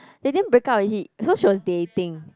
they didn't break up is it so she was dating